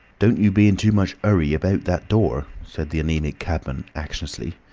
don't you be in too much hurry about that door, said the anaemic cabman, anxiously.